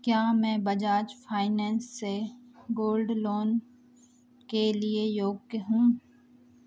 क्या मैं बज़ाज़ फाइनेन्स से गोल्ड लोन के लिए योग्य हूँ